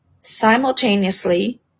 simultaneously